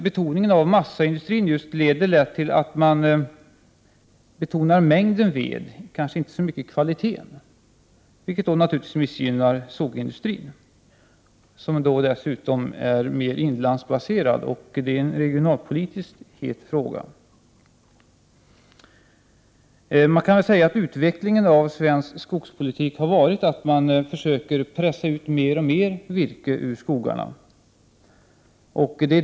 Inom massaindustrin betonar man lätt mängden ved och kanske inte så mycket kvaliteten, vilket naturligtvis missgynnar sågindustrin som dessutom är mera inlandsbaserad. Det är en regionalpolitiskt het fråga. Man kan säga att utvecklingen av svensk skogspolitik har varit att man försöker pressa mer och mer virke ur skogarna.